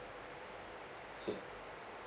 so